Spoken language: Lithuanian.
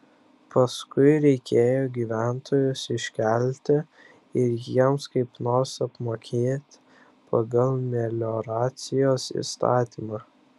paskui reikėjo gyventojus iškelti ir jiems kaip nors apmokėt pagal melioracijos įstatymą